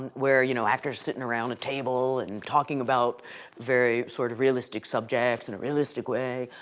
and where you know after sitting around a table and talking about very sort of realistic subjects in a realistic way.